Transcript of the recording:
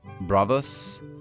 Brothers